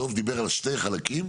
דב דיבר על שני חלקים,